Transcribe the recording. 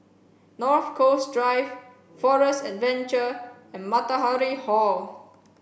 North Coast Drive Forest Adventure and Matahari Hall